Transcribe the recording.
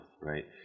right